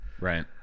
Right